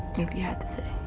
if you had to say.